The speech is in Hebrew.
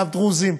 גם דרוזים,